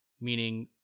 meaning